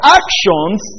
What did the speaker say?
actions